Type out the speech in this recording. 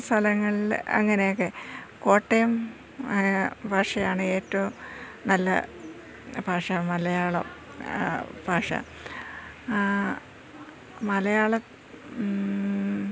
സ്ഥലങ്ങളിൽ അങ്ങനെയൊക്കെ കോട്ടയം ഭാഷയാണ് ഏറ്റവും നല്ല ഭാഷ മലയാളം ഭാഷ മലയാളം